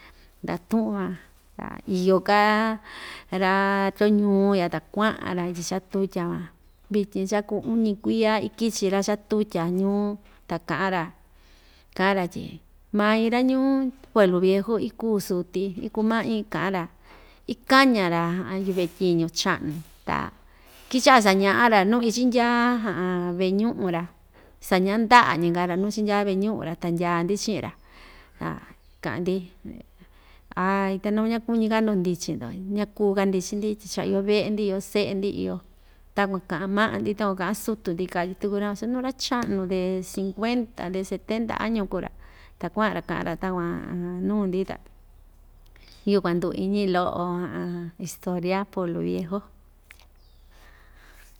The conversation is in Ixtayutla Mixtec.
Nda tu'un va ta iyo‑ka ra‑tyoñuu ya ta kua'an‑ra ityi chatutya van vityin cha‑kuu uñi kuiya ikichi ra‑chatutya ñuu ta ka'an‑ra ka'an‑ra tyi mai ra‑ñuu pueblo viejo ikuu suti ikuu ma'i ka'an‑ra ikaña‑ra yuve'e tyiñu cha'nu ta kicha'a saña'a‑ra nuu ichindya ve'e ñu'un‑ra saña'a nda'añi‑ka‑ra nuu chindya ve'e ñu'un‑ra ta ndya‑ndi chi'in‑ra ka'an‑ndi ai ta naku ñakuñi‑ka‑ndo ndichi‑ndo ñakuu‑ka ndichi‑ndi tyi cha‑iyo ve'e‑ndi iyo se'e‑ndi iyo takuan ka'an ma'a‑ndi takuan ka'an sutu‑ndi katyi tuku ra‑van su nuu ra‑cha'nu de cincuenta de setenta año kuu‑ra ta kua'an‑ra ka'an‑ra takuan nuu‑ndi ta yukuan ndu‑iñi lo'o historia pueblo viejo.